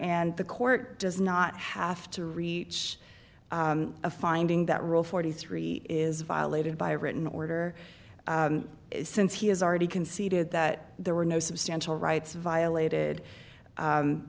and the court does not have to reach a finding that rule forty three is violated by written order since he has already conceded that there were no substantial rights violated